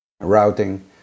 routing